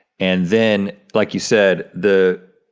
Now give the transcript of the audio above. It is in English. and then, like you said, the